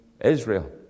Israel